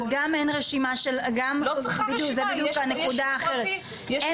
אז גם - וזו בדיוק הנקודה האחרת - אין